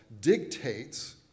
dictates